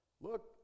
Look